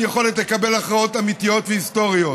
יכולת לקבל הכרעות אמיתיות והיסטוריות.